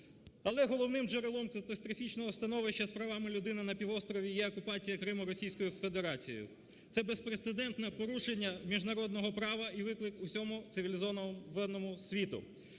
Але головним джерелом катастрофічного становища з правами людини на півострові є окупація Криму Російською Федерацією. Це – безпрецедентне порушення міжнародного права і виклик усьому цивілізованому світу.